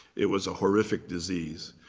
it was a horrific disease,